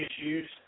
issues